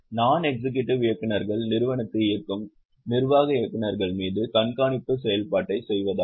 நாண் executive இயக்குநர்கள் நிறுவனத்தை இயக்கும் நிர்வாக இயக்குநர்கள் மீது கண்காணிப்பு செயல்பாட்டைச் செய்வதாகும்